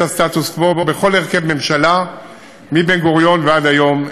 הסטטוס קוו בכל הרכב ממשלה שהייתה מבן-גוריון ועד היום.